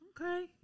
Okay